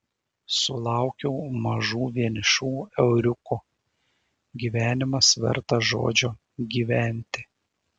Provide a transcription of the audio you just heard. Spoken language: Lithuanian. sulaukiau mažų vienišų euriukų gyvenimas vertas žodžio gyventi